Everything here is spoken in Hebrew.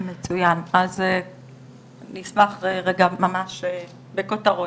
מצוין, אז אני אשמח לענות בכותרות.